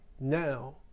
now